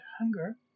hunger